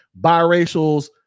biracials